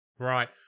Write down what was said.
Right